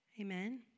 Amen